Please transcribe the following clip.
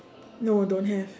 no don't have